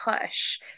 push